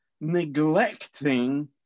neglecting